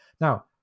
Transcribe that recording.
Now